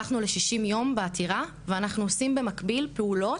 הלכנו ל-60 יום בעתירה ואנחנו עושים במקביל פעולות.